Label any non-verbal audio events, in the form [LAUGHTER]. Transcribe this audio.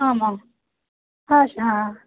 आम् आम् [UNINTELLIGIBLE] आ